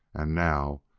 and now,